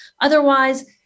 Otherwise